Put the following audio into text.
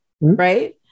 Right